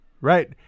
right